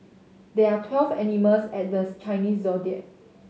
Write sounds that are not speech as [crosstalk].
there are twelve animals at the [unintelligible] Chinese Zodiac